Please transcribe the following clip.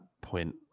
point